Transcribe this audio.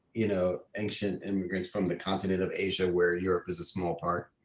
you know, ancient immigrants from the continent of asia, where europe is a small part.